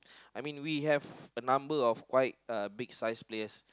I mean we have a number of quite uh big sized players